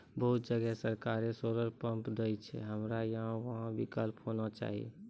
बहुत जगह सरकारे सोलर पम्प देय छैय, हमरा यहाँ उहो विकल्प होना चाहिए?